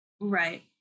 Right